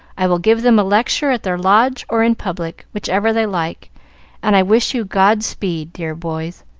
i will give them a lecture at their lodge or in public, whichever they like and i wish you god-speed, dear boys.